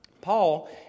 Paul